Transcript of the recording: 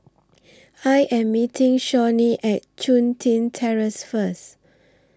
I Am meeting Shawnee At Chun Tin Terrace First